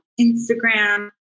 Instagram